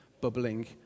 bubbling